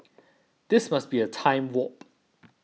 this must be a time warp